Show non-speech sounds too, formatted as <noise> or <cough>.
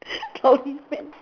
<noise> only fair